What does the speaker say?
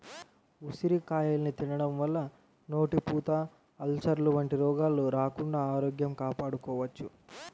ఉసిరికాయల్ని తినడం వల్ల నోటిపూత, అల్సర్లు వంటి రోగాలు రాకుండా ఆరోగ్యం కాపాడుకోవచ్చు